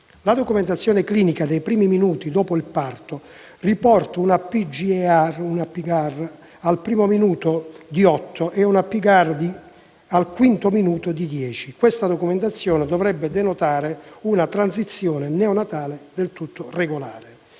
La documentazione clinica dei primi minuti dopo il parto riporta un apgar al primo minuto di 8 e un apgar al quinto minuto di 10. Tale documentazione denota una transizione neonatale regolare.